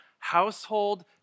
Household